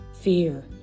fear